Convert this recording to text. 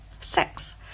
Six